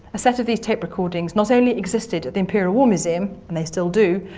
a set of these tape recordings not only existed at the imperial war museum, and they still do,